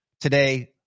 Today